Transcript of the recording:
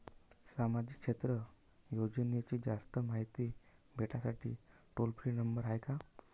सामाजिक क्षेत्र योजनेची जास्त मायती भेटासाठी टोल फ्री नंबर हाय का?